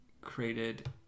created